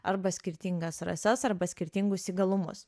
arba skirtingas rases arba skirtingus įgalumus